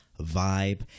vibe